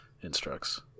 Instructs